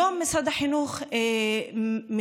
היום משרד החינוך מנסה